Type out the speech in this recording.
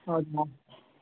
ಹೌದಾ